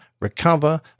recover